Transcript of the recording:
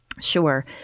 Sure